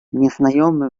nieznajomy